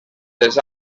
les